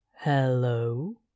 Hello